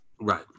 right